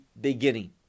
beginning